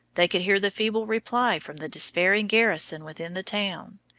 they could hear the feeble reply from the despairing garrison within the town.